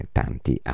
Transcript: tanti